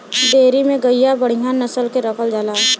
dairy में गइया बढ़िया नसल के रखल जाला